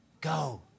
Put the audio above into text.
Go